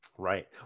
Right